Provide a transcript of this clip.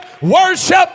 worship